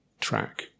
track